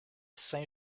saint